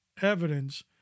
evidence